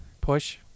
Push